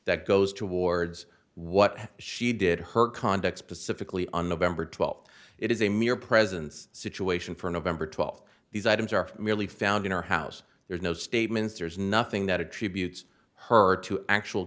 that goes towards what she did her conduct specifically on november twelfth it is a mere presence situation for november twelfth these items are merely found in her house there's no statements there's nothing that attributes her to actual